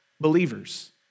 believers